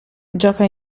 gioca